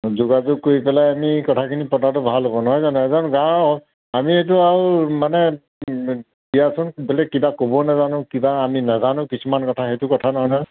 যোগাযোগ কৰি পেলাই আমি কথাখিনি পতাটো ভাল হ'ব নহয় জানো এজন যাহওক আমি এইটো আৰু মানে দিয়াচোন বোলে কিবা ক'ব নাজানো কিবা আমি নাজানো কিছুমান কথা সেইটো কথা নহয়